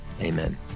Amen